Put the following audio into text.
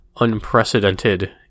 unprecedented